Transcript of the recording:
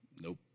nope